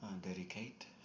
dedicate